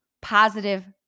positive